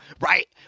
right